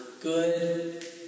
good